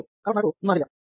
కాబట్టి మనకు ఈ మాదిరిగా 1